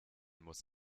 muss